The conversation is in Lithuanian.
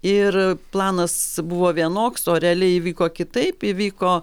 ir planas buvo vienoks o realiai įvyko kitaip įvyko